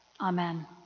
Amen